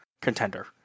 contender